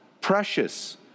precious